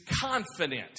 confident